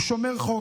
הוא שומר חוק,